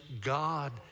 God